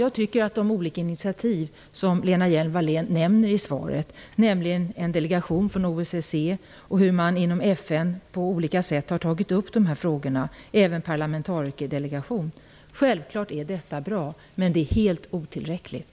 Jag tycker att de olika initiativ som Lena Hjelm-Wallén nämner i svaret - en delegation från OSSE, att man inom FN på olika sätt har tagit upp de här frågorna, en parlamentarikerdelegation - självfallet är bra, men det är helt otillräckligt.